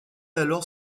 alors